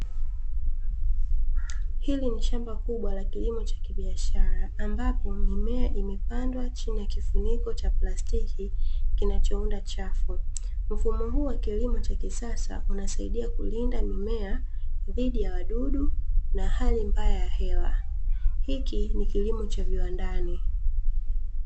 Hili ni shamba kubwa la kilimo cha kibiashara, ambapo mimea imepandwa chini ya kifuniko cha plastiki kinachounda chafu. Mfumo huu wa kilimo cha kisasa unasaidia kulinda mimea dhidi ya wadudu na hali mbaya ya hewa. Hiki ni kilimo cha viwandani.